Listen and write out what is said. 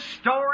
story